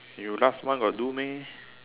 you last month got do meh